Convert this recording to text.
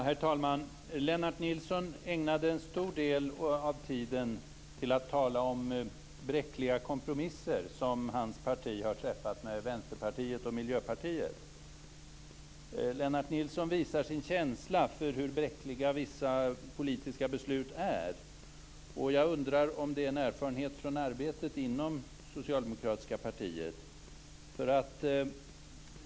Herr talman! Lennart Nilsson ägnade en stor del av tiden åt att tala om bräckliga kompromisser som hans parti har träffat med Vänsterpartiet och Miljöpartiet. Lennart Nilsson visar sin känsla för hur bräckliga vissa politiska beslut är. Jag undrar om det är en erfarenhet från arbetet inom det socialdemokratiska partiet.